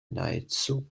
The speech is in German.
nahezu